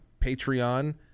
patreon